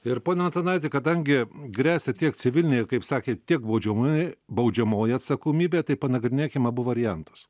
ir pone antanaiti kadangi gresia tiek civilinė kaip sakėt tiek baudžiamoj baudžiamoji atsakomybė tai panagrinėkim abu variantus